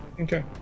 Okay